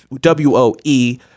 W-O-E